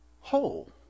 whole